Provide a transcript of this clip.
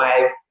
wives